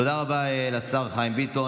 תודה רבה לשר חיים ביטון.